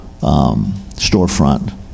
storefront